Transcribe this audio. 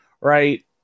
Right